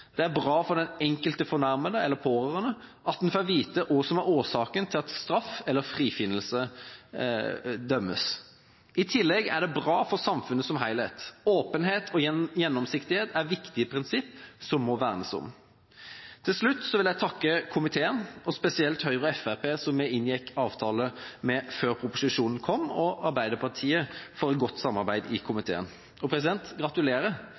Det er bra for den enkelte fornærmede eller pårørende at man får vite hva som er årsaken til at straff eller frifinnelse dømmes. I tillegg er det bra for samfunnet som helhet. Åpenhet og gjennomsiktighet er viktige prinsipp som må vernes om. Til slutt vil jeg takke komiteen og spesielt Høyre og Fremskrittspartiet, som vi inngikk avtale med før proposisjonen kom, og Arbeiderpartiet for et godt samarbeid i komiteen – og